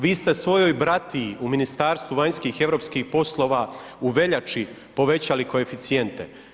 Vi ste svojoj bratiji u Ministarstvu vanjskih i europskih poslova u veljači povećali koeficijente.